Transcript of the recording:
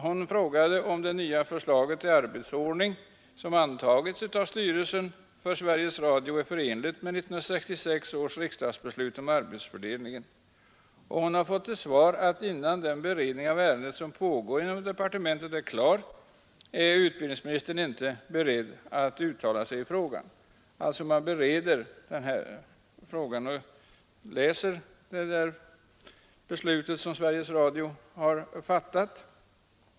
Hon frågade om det nya förslaget till arbetsordning som antagits av styrelsen för Sveriges Radio är förenligt med 1966 års riksdagsbeslut om arbetsfördelningen. Hon fick till svar att innan den beredning av ärendet som pågår inom departementet är klar är utbildningsministern inte beredd att uttala sig i frågan. Man förbereder alltså den här frågan och läser beslutet som Sveriges Radios styrelse har fattat.